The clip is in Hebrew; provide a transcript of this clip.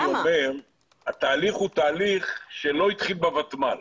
התהליך הוא תהליך שלא התחיל בוותמ"ל.